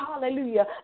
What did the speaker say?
hallelujah